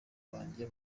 byanjye